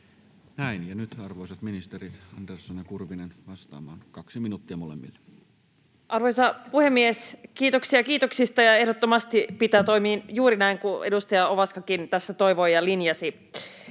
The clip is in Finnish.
Näin. — Ja nyt, arvoisat ministerit Andersson ja Kurvinen, vastaamaan. Kaksi minuuttia molemmille. Arvoisa puhemies! Kiitoksia kiitoksista, ja ehdottomasti pitää toimia juuri näin kuin edustaja Ovaskakin tässä toivoi ja linjasi.